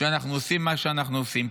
כשאנחנו עושים מה שאנחנו עושים,